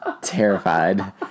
terrified